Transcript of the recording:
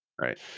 Right